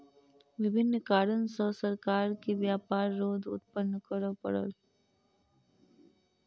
विभिन्न कारण सॅ सरकार के व्यापार रोध उत्पन्न करअ पड़ल